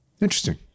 Interesting